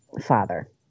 father